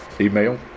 Email